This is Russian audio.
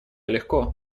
легко